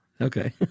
Okay